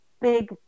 big